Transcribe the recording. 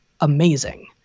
amazing